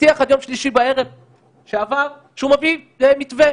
הבטיח עד יום שלישי שעבר שהוא מביא מתווה.